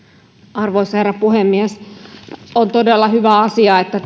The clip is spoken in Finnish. arvoisa herra puhemies on todella hyvä asia että